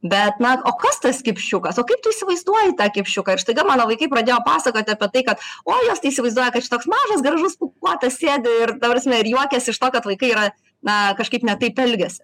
bet na o kas tas kipšiukas o kaip tu įsivaizduoji tą kipšiuką ir staiga mano vaikai pradėjo pasakoti apie tai kad o jos tai įsivaizduoja kad čia toks mažas gražus pūkuotas sėdi ir ta prasme ir juokiasi iš to kad vaikai yra na kažkaip ne taip elgiasi